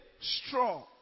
straw